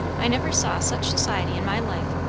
i never saw such society in my life,